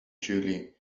julie